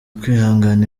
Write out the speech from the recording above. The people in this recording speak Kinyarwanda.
kwihangana